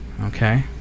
Okay